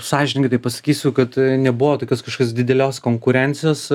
sąžiningai taip pasakysiu kad nebuvo tokios kažkas didelės konkurencijos